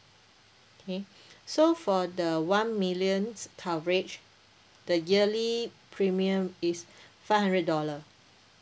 okay so for the one millions coverage the yearly premium is five hundred dollar